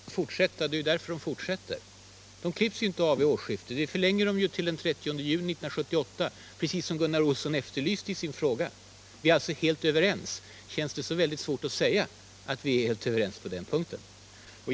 Herr talman! Just det! De måste fortsätta. Det är ju därför de fortsätter! De klipps inte av vid årsskiftet — vi förlänger dem ju till den 30 juni 1978, precis som Gunnar Olsson efterlyst i sin fråga. Vi är alltså helt överens. Känns det så svårt att säga att vi är helt överens på den punkten?